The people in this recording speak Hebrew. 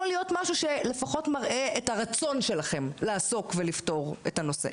יכול להיות משהו שלפחות מראה את הרצון לעסוק ולפתור את הנושא.